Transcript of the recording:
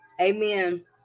Amen